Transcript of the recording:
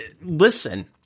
listen